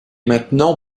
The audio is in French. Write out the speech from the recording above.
maintenant